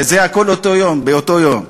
והכול באותו יום,